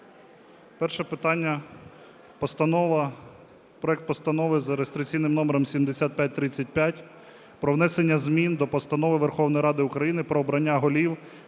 Перше питання. Проект Постанови за реєстраційним номером 7535: про внесення змін до Постанови Верховної Ради України "Про обрання голів,